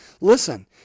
listen